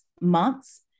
months